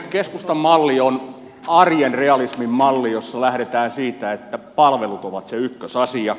keskustan malli on arjen realismin malli jossa lähdetään siitä että palvelut ovat se ykkösasia